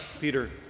Peter